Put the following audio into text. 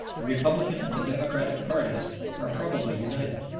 the republican and the democratic parties are probably united.